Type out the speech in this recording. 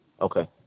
Okay